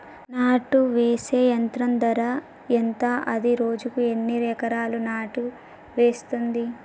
నాటు వేసే యంత్రం ధర ఎంత? అది రోజుకు ఎన్ని ఎకరాలు నాటు వేస్తుంది?